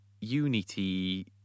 Unity